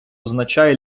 означає